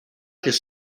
his